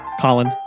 Colin